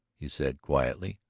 he said quietly.